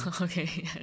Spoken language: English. Okay